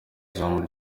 izamu